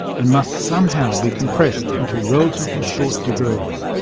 and must somehow be compressed into relatively short degrees.